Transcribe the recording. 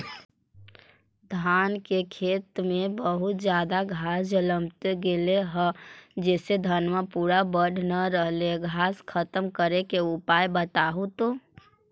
धान के खेत में बहुत ज्यादा घास जलमतइ गेले हे जेसे धनबा पुरा बढ़ न रहले हे घास खत्म करें के उपाय बताहु तो?